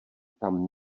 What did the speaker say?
tam